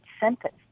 sentence